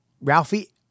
Ralphie